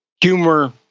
humor